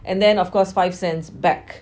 and then of course five cents back